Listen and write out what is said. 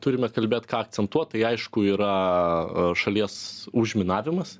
turime kalbėt ką akcentuot tai aišku yra šalies užminavimas